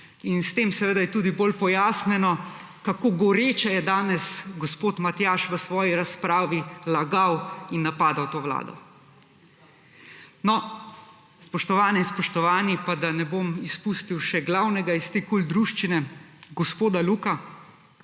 In s tem seveda je tudi bolj pojasnjeno, kako goreče je danes gospod Matjaž v svoji razpravi lagal in napadal to vlado. No, spoštovane in spoštovani, pa da ne bom izpustil še glavnega iz te KUL druščine, gospoda Luka,